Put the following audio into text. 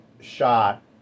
shot